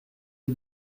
les